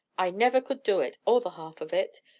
i never could do it, or the half of it.